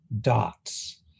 dots